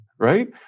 Right